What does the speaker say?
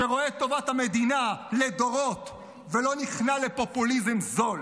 שרואה את טובת המדינה לדורות ולא נכנע לפופוליזם זול.